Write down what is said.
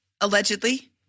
allegedly